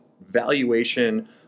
valuation